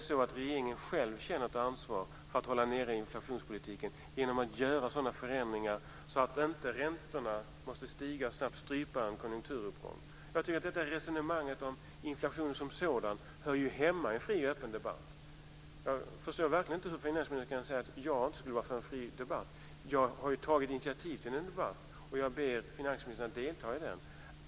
Känner regeringen själv ett ansvar för att hålla nere inflationen genom att göra sådana förändringar att inte räntorna måste stiga för att strypa en konjunkturuppgång? Jag tycker att detta resonemang om inflationen som sådan hör hemma i en fri och öppen debatt. Jag förstår verkligen inte hur finansministern kan säga att jag inte skulle vara för en fri debatt. Jag har ju tagit initiativ till en debatt, och jag ber finansministern att delta i den.